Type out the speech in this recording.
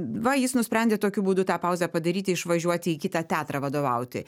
va jis nusprendė tokiu būdu tą pauzę padaryti išvažiuoti į kitą teatrą vadovauti